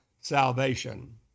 salvation